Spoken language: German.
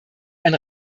ein